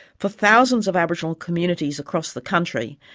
for thousands of aboriginal communities across the country,